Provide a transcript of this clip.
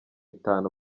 itanu